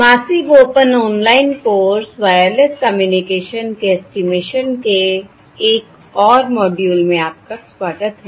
massive open online course wireless communication के estimation के एक और मॉड्यूल में आपका स्वागत है